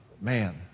Man